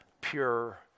pure